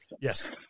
yes